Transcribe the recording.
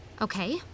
Okay